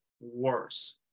worse